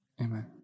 amen